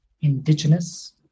indigenous